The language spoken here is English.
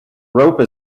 rope